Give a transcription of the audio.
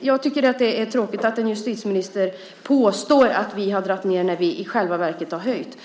Jag tycker att det är tråkigt att en justitieminister påstår att vi har dragit ned när vi i själva verket har höjt.